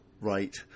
right